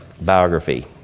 biography